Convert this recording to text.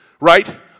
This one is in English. right